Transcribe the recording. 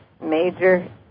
major